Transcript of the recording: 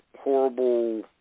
horrible